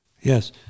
Yes